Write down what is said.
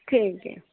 ਠੀਕ ਹੈ